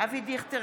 אבי דיכטר,